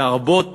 לרבות